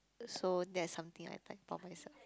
so that's something I like for myself